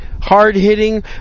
hard-hitting